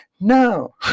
no